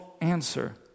answer